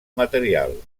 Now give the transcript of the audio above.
material